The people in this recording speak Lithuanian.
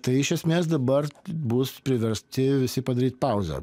tai iš esmės dabar bus priversti visi padaryt pauzę